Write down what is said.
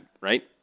right